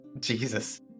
Jesus